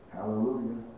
Hallelujah